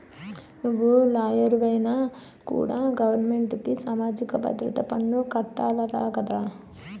నువ్వు లాయరువైనా కూడా గవరమెంటుకి సామాజిక భద్రత పన్ను కట్టాలట కదా